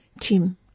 Tim